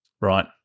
Right